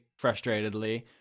frustratedly